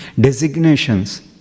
designations